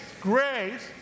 grace